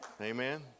Amen